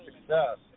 success